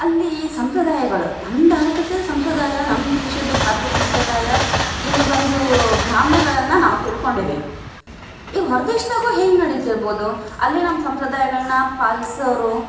ಅಲ್ಲಿ ಸಂಪ್ರದಾಯಗಳು ನಮ್ಮ ಧಾರ್ವಾಡದ ಸಂಪ್ರದಾಯ ನಮ್ಮ ದೇಶದ ಭಾರತದ ಸಂಪ್ರದಾಯ ಇಲ್ಲಿ ಒಂದು ಗ್ರಾಮ್ಯಗಳನ್ನು ನಾವು ತಿಳ್ಕೊಂಡೀವಿ ಈಗ ಹೊರ ದೇಶದಾಗೂ ಹೆಂಗೆ ನಡಿತಿರ್ಬೋದು ಅಲ್ಲಿ ನಮ್ಮ ಸಂಪ್ರದಾಯಗಳನ್ನ ಪಾಲಿಸೋರು